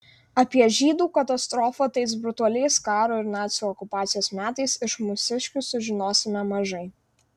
apie žydų katastrofą tais brutaliais karo ir nacių okupacijos metais iš mūsiškių sužinosime mažai